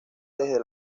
desde